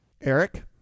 Eric